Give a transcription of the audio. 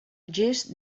gest